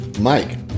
mike